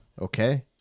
Okay